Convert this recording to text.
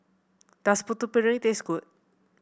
does Putu Piring taste good